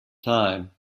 time